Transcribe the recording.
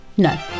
No